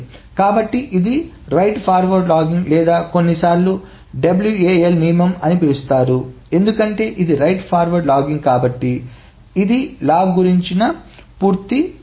కాబట్టి ఇది write forward logging లేదా దీనిని కొన్నిసార్లు WAL నియమం అని పిలుస్తారు ఎందుకంటే ఇది రైట్ ఫార్వర్డ్ లాగింగ్ కాబట్టి ఇది లాగ్ గురించి పూర్తి విషయం